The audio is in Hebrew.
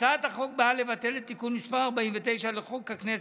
הצעת החוק באה לבטל את תיקון מס' 49 לחוק הכנסת,